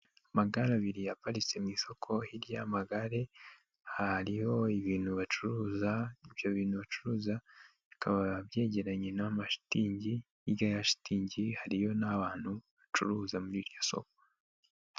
Amagare abiri yaparitse mu isoko, hirya y'amagare hariho ibintu bacuruza, ibyo bintu bacuruza bikaba byegeranye n'amashitingi, hirya ya shitingi hariyo n'abantu bacuruza muri iryo soko.